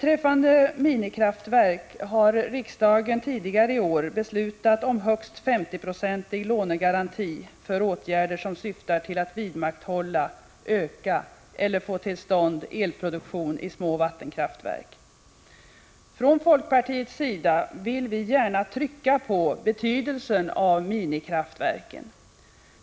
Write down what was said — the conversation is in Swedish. Riksdagen har tidigare i år beslutat om högst 50-procentig lånegaranti för åtgärder som syftar till att vidmakthålla, öka eller få till stånd elproduktion i små vattenkraftverk. Från folkpartiets sida vill vi gärna betona betydelsen av minikraftverk.